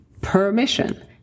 permission